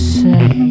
say